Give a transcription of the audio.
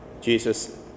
Jesus